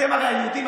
אתם הרי היהודים,